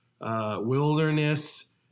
wilderness